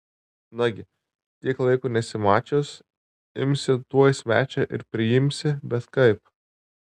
nagi tiek laiko nesimačius imsi tuoj svečią ir priimsi bet kaip